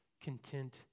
content